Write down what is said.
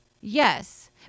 Yes